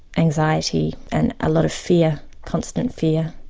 anxiety and a lot of fear, constant fear.